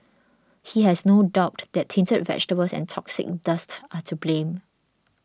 he has no doubt that tainted vegetables and toxic dust are to blame